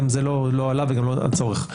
גם זה לא עלה וגם אין הצורך.